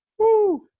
Woo